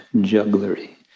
jugglery